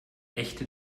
echte